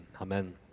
Amen